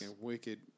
wicked